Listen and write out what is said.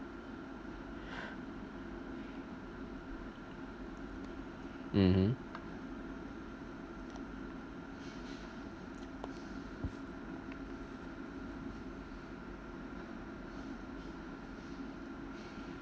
mmhmm